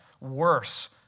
worse